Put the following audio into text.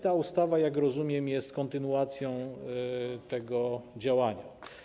Ta ustawa, jak rozumiem, jest kontynuacją tego działania.